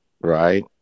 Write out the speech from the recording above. Right